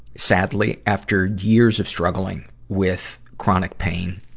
sadly after years of struggling with chronic pain.